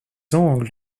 angles